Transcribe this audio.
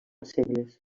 segles